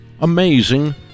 amazing